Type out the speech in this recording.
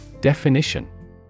Definition